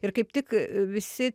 ir kaip tik visi